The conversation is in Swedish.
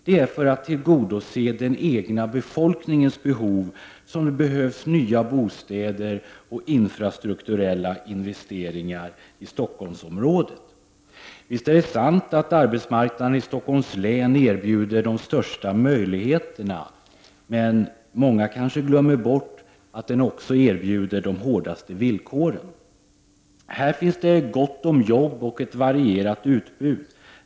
Det är för att tillgodose den egna befolkningens behov som det behövs nya bostäder och infrastrukturella investeringar i Stockholmsområdet. Visst är det sant att arbetsmarknaden i Stockholms län erbjuder de största möjligheterna. Men många kanske glömmer bort att den också erbjuder de hårdaste villkoren. Här finns det gott om jobb och ett varierat utbud.